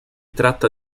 tratta